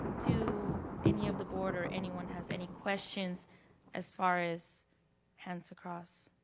do any of the board or anyone has any questions as far as hands across?